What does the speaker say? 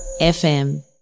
FM